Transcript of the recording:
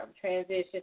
transition